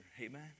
Amen